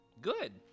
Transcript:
Good